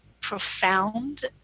profound